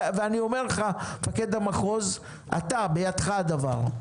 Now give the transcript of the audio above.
אני אומר לך, מפקד המחוז, אתה, בידך הדבר.